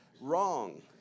wrong